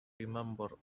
remember